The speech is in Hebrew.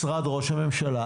משרד ראש הממשלה,